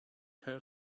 her